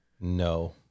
No